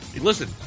listen